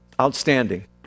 outstanding